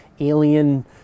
Alien